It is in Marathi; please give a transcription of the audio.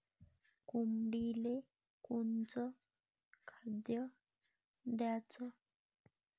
कोंबडीले कोनच खाद्य द्याच?